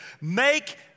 make